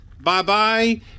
Bye-bye